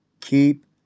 Keep